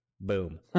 Boom